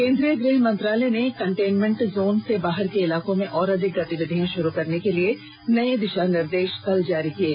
केन्द्रीय गृह मंत्रालय ने कंटेन्मेंट जोन से बाहर के इलाकों में और अधिक गतिविधियां शुरू करने के लिए नये दिशा निर्देश कल जारी किये हैं